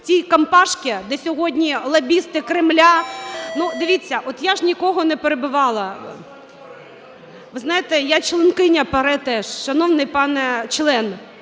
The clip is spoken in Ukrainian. в тій "компашке", де сьогодні лобісти Кремля. Ну, дивіться, от, я ж нікого не перебивала. Ви знаєте, я – членкиня ПАРЄ теж, шановний пане член